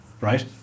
Right